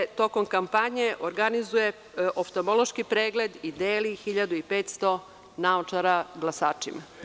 Gde se tokom kampanje organizuje oftamološki pregled i deli 1.500 naočara glasačima.